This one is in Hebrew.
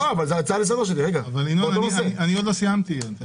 אני עוד לא סיימתי את דבריי.